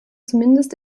zumindest